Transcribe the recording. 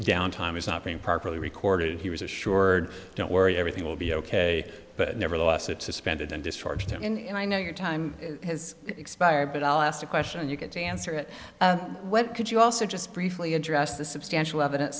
downtime is not being properly recorded he was assured don't worry everything will be ok but nevertheless it suspended and discharged him and i know your time has expired but i'll ask a question and you get to answer it what could you also just briefly address the substantial evidence